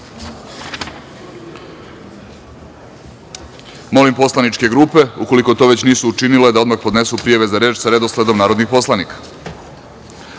Vlade. Molim poslaničke grupe, ukoliko to već nisu učinile, da odmah podnesu prijave za reč sa redosledom narodnih poslanika. Saglasno